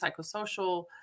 psychosocial